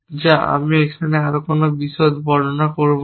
যা আমি এখানে আর কোন বিশদ বর্ণনা করব না